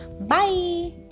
Bye